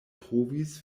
trovis